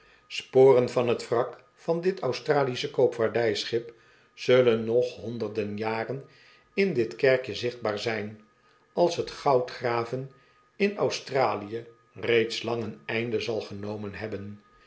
sporen van t wrak van dit australische koopvaardij schip zullen nog honderden jaren in dit kerkje zichtbaar zijn als t goudgraven in australie reeds lang een einde zal genomen hebben